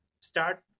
start